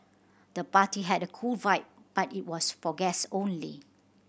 the party had a cool vibe but it was for guest only